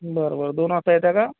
बरं बरं दोन वाजता येत आहे का